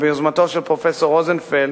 וביוזמתו של פרופסור רוזנפלד,